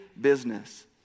business